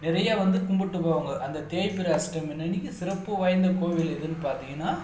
நிறைய வந்து கும்பிட்டு போவாங்க அந்த தேய்பிறை அஷ்டமி அன்றைக்கி சிறப்பு வாய்ந்த கோவில் எதுன்னு பார்த்திங்கன்னா